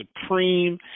supreme